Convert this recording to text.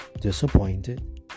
disappointed